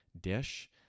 dish